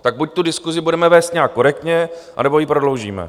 Tak buď tu diskusi budeme vést nějak korektně, anebo ji prodloužíme.